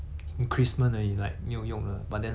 at that point of time !wah! 六块钱已经够多 liao